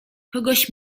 kogoś